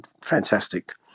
fantastic